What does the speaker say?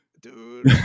Dude